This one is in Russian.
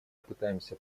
пытаемся